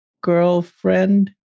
girlfriend